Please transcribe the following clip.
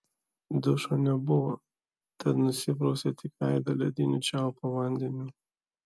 dušo nebuvo tad nusiprausė tik veidą lediniu čiaupo vandeniu